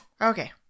Okay